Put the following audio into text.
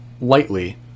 lightly